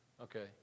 Okay